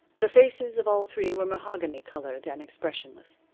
the faces of all three were mahogany colored and expressionless.